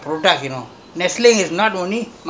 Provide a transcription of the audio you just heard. no we have three thousand to four thousand